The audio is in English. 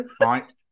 right